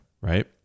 right